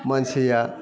मानसिया